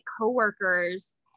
coworkers